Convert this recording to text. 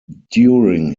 during